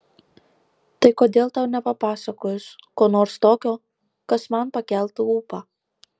tai kodėl tau nepapasakojus ko nors tokio kas man pakeltų ūpą